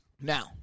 Now